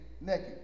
naked